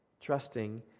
trusting